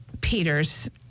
Peters